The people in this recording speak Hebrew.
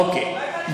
אוקיי.